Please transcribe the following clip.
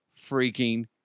freaking